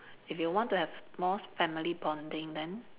if you want to have more family bonding then